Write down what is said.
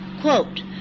Quote